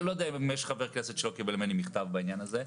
אני לא יודע אם יש חבר כנסת שלא קיבל ממני מכתב בעניין הזה.